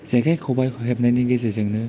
जेखाय खबाय हेबनायनि गेजेरजोंनो